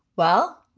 well,